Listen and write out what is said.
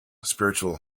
spiritual